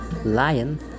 lion